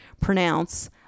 pronounce